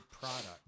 product